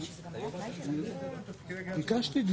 סדר-היום: קביעת ועדות